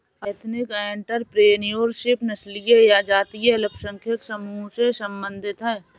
ethnic entrepreneurship नस्लीय या जातीय अल्पसंख्यक समूहों से संबंधित हैं